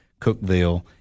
Cookville